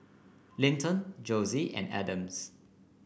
Linton Josie and Adams